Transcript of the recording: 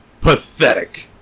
Pathetic